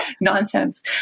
Nonsense